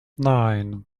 nine